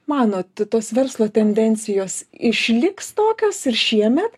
manot to tos verslo tendencijos išliks tokios ir šiemet